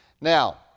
Now